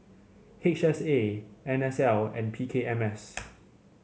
H S A N S L and P K M S